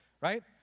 right